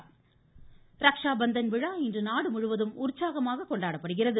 ரக்ஷா பந்தன் ரக்ஷா பந்தன் விழா இன்று நாடுமுழுவதும் உற்சாகமாக கொண்டாடப்படுகிறது